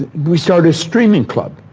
we started a streaming club.